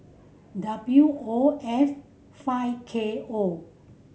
W O F five K O